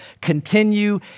Continue